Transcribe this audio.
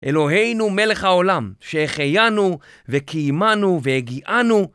אלוהינו מלך העולם, שהחיינו, וקיימנו, והגיענו